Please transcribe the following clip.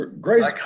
Grace